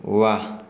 वाह